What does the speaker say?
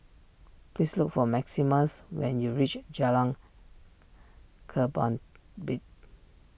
please look for Maximus when you reach Jalan